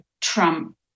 Trump